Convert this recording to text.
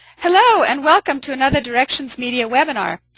hello, and welcome to another directions media webinar.